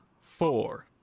four